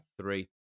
three